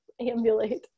ambulate